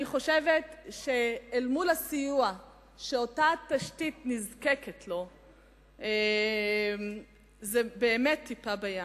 אני חושבת שאל מול הסיוע שאותה תשתית נזקקת לו זו באמת טיפה בים.